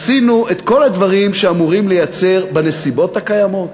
עשינו את כל הדברים שאמורים לייצר בנסיבות הקיימות